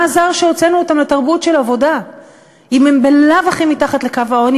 מה עזר שהוצאנו אותם לתרבות של עבודה אם הם בלאו הכי מתחת לקו העוני,